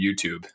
YouTube